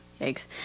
eggs